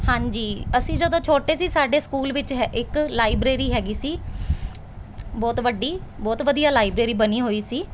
ਹਾਂਜੀ ਅਸੀਂ ਜਦੋਂ ਛੋਟੇ ਸੀ ਸਾਡੇ ਸਕੂਲ ਵਿੱਚ ਹੈ ਇੱਕ ਲਾਈਬ੍ਰੇਰੀ ਹੈਗੀ ਸੀ ਬਹੁਤ ਵੱਡੀ ਬਹੁਤ ਵਧੀਆ ਲਾਈਬ੍ਰੇਰੀ ਬਣੀ ਹੋਈ ਸੀ